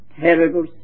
terrible